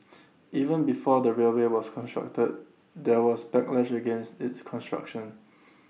even before the railway was constructed there was backlash against its construction